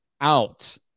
out